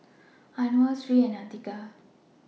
Anuar Sri and Atiqah